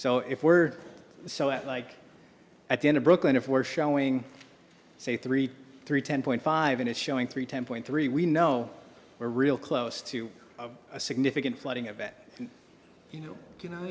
so if we're so at like at the end of brooklyn if we're showing say three three ten point five and it's showing three ten point three we know we're real close to a significant flooding event and you know you know